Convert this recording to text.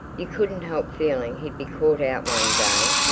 you couldn't help feeling he'd be caught out one day,